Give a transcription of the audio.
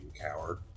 coward